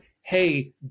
hey